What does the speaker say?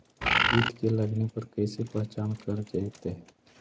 कीट के लगने पर कैसे पहचान कर जयतय?